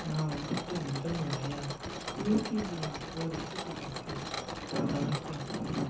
நான் வந்துட்டு முதல் முறையாக யூடியூப்ல ஒரு ரெசிப்பி பார்த்து சமைக்க